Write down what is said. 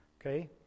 Okay